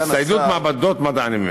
הצטיידות מעבדות מדעים,